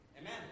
Amen